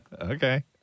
Okay